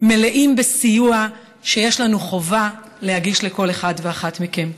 מלאים בסיוע שיש לנו חובה להגיש לכל אחד ואחת מכם.